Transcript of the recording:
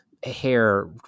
hair